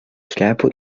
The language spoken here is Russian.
шляпу